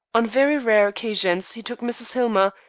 on very rare occasions he took mrs. hillmer,